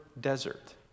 desert